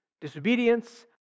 Disobedience